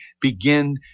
begin